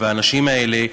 האנשים האלה,